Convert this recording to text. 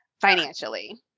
financially